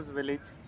Village